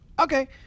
Okay